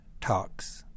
talks